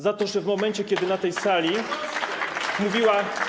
za to, że w momencie kiedy na tej sali mówiła.